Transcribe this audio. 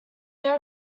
these